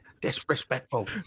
disrespectful